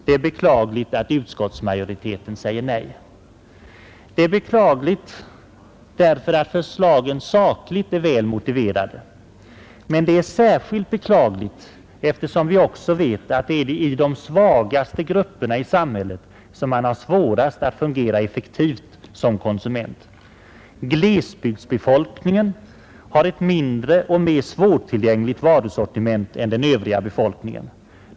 Det är beklagligt att utskottsmajoriteten säger nej. Det är beklagligt därför att förslagen sakligt är väl motiverade. Men det är särskilt beklagligt eftersom vi också vet att det är i de svagaste grupperna i samhället som man har svårast att fungera effektivt som konsument. Glesbygdsbefolkningen har ett mindre och mer svårtillgängligt varusortiment än den övriga befolkningen.